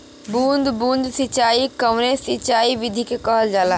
बूंद बूंद सिंचाई कवने सिंचाई विधि के कहल जाला?